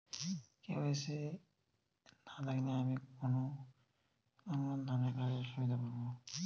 KYC না থাকলে আমি কোন কোন ধরনের কাজে অসুবিধায় পড়ব?